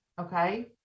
Okay